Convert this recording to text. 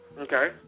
okay